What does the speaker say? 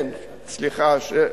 כן, סליחה.